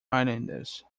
islanders